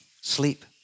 sleep